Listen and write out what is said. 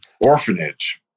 orphanage